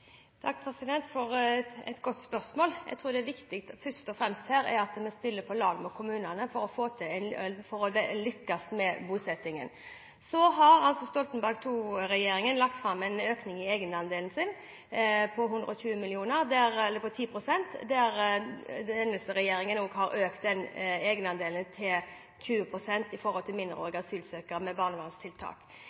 Takk for et godt spørsmål. Jeg tror det viktige først og fremst her er at vi spiller på lag med kommunene for å lykkes med bosettingen. Så har altså Stoltenberg II-regjeringen lagt fram en økning i egenandelen på 120 mill. kr, eller på 10 pst., og denne regjeringen har økt egenandelen til 20 pst. for mindreårige asylsøkere og flyktninger med barnevernstiltak.